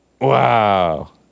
Wow